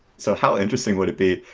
so how interesting would it be?